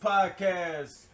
Podcast